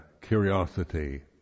curiosity